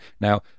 now